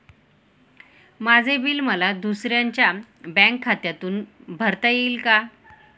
माझे बिल मला दुसऱ्यांच्या बँक खात्यातून भरता येईल का?